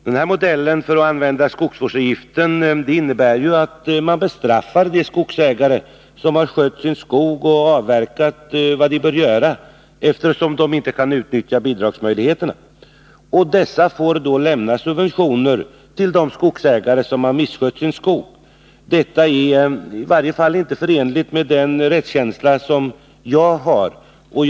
Denna modell för att använda skogsvårdsavgiften innebär att man bestraffar de skogsägare som har skött sin skog och avverkat vad de bör avverka, eftersom de inte kan utnyttja bidragsmöjligheterna. Dessa skogsägare får då lämna subventioner till de skogsägare som misskött sin skog. Detta är inte förenligt med i varje fall min rättskänsla.